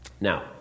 Now